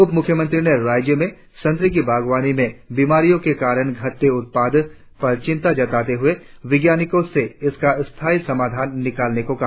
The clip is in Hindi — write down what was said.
उप मुख्यमंत्री ने राज्य में संतरे की बागवानी में बिमारी के कारण घतटे उत्पादन पर चिंता जताते हुए वैज्ञानिकों से इसका स्थायी समाधान निकालने को कहा